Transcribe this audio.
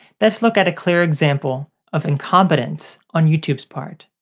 let's look at a clear example of incompetence on youtube's part.